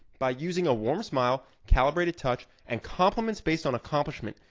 by using a warm smile, calibrated touch, and compliments based on accomplishment,